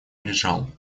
лежал